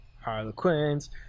Harlequins